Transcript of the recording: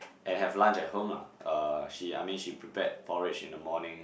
and have lunch at home lah uh she I mean she prepared porridge in the morning